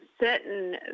certain